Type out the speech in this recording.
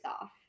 off